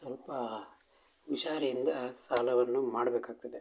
ಸ್ವಲ್ಪಾ ಹುಷಾರಿಂದ ಸಾಲವನ್ನು ಮಾಡಬೇಕಾಗ್ತದೆ